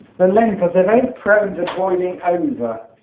the lentils are very prone to boiling over